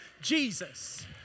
Jesus